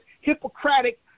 Hippocratic